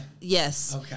yes